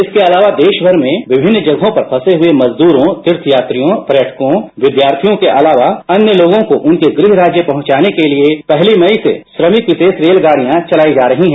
इसके अलावा देश भर में विभिन्न जगहों पर फंसे हुए मजदूरों तीर्थयात्रियों पर्यटकों विद्यार्थियों के अलावा अन्य लोगों को उनके गृह राज्य पहुंचाने के लिए पहली मई से श्रमिक विशेष रेलगाडियां चलाई जा रही है